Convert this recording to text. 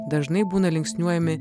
dažnai būna linksniuojami